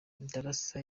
darassa